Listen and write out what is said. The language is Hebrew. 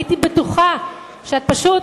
הייתי בטוחה שאת פשוט